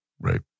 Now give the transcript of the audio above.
Right